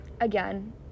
Again